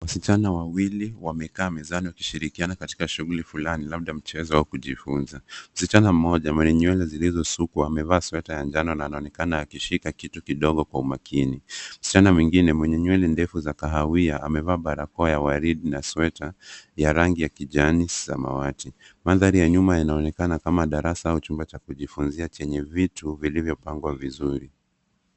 Wasichana wawili wamekaa mezani wakishirikiana katika shughuli fulani labda mchezo wa kujifunza. Msichana mmoja mwenye nywele zilizosukwa amevaa sweta ya njano na anaonekana akishika kitu kidogo kwa umakini. Msichana mwingine mwenye nywele ndefu za kahawia amevaa barakoa ya waridi na sweta ya rangi ya kijani-samawati. Mandhari ya nyuma yanaonekana kama darasa au chumba cha kujifunzia chenye vitu vilivyopangwa vizuri.